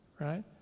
Right